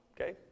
okay